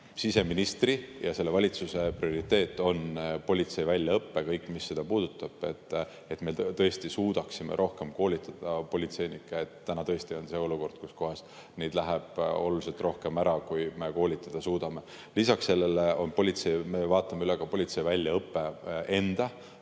Siseministri ja selle valitsuse prioriteet on politsei väljaõpe ja kõik, mis seda puudutab, et me suudaksime rohkem koolitada politseinikke, sest täna on tõesti olukord, kus neid läheb oluliselt rohkem ära, kui me koolitada suudame. Lisaks sellele me vaatame üle ka politsei väljaõppe enda